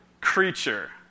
creature